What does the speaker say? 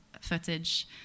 footage